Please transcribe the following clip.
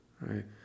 right